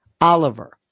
Oliver